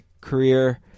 career